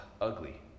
ugly